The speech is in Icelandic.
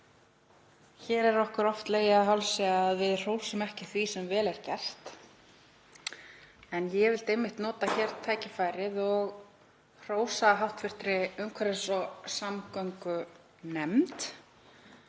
Hér er okkur oft legið á hálsi að við hrósum ekki því sem vel er gert en ég vil einmitt nota tækifærið og hrósa hv. umhverfis- og samgöngunefnd